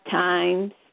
times